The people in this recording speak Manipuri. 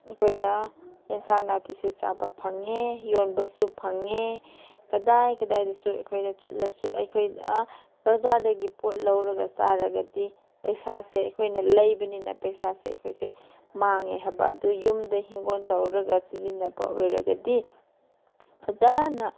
ꯑꯩꯈꯣꯏꯅ ꯑꯦꯟꯁꯥꯡ ꯅꯥꯄꯤꯁꯨ ꯆꯥꯕ ꯐꯪꯉꯦ ꯌꯣꯟꯕꯁꯨ ꯐꯪꯉꯦ ꯀꯗꯥꯏ ꯀꯗꯥꯏꯗꯁꯨ ꯑꯩꯈꯣꯏꯅ ꯆꯠꯂꯁꯨ ꯑꯩꯈꯣꯏꯅ ꯑꯥ ꯕꯖꯥꯔꯗꯒꯤ ꯄꯣꯠ ꯂꯧꯔꯒ ꯆꯥꯔꯒꯗꯤ ꯄꯩꯁꯥꯁꯦ ꯑꯩꯈꯣꯏꯅ ꯂꯩꯕꯅꯤꯅ ꯄꯩꯁꯥꯁꯦ ꯑꯩꯈꯣꯏꯁꯦ ꯃꯥꯡꯉꯦ ꯍꯥꯏꯕ ꯑꯗꯨ ꯌꯨꯝꯗ ꯍꯤꯡꯒꯣꯟ ꯇꯧꯔꯒ ꯁꯤꯖꯤꯟꯅꯕ ꯑꯣꯏꯔꯒꯗꯤ ꯐꯖꯅ